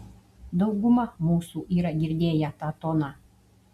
dauguma mūsų yra girdėję tą toną